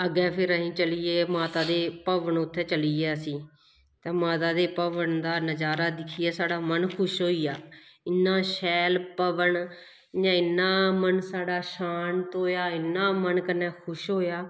अग्गें फिर अस चली गे माता दे भवन उत्थे चली गे असीं ते माता दे भवन दा नजारा दिक्खियै साढ़ा मन खुश होई गेआ इन्ना शैल भवन इ'यां इन्ना मन साढ़ा शांत होएआ इन्ना मन कन्नै खुश होएआ